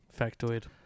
factoid